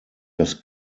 das